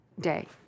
day